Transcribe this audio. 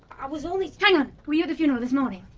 i was only hang on were you at the funeral this morning?